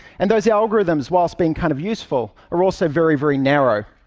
and those algorithms, whilst being kind of useful, are also very, very narrow,